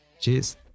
Cheers